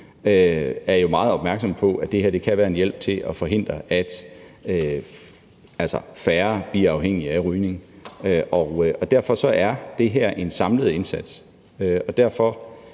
jo meget opmærksomme på, at det her kan være en hjælp til at forhindre, at færre bliver afhængige af rygning. Derfor er det her en samlet indsats,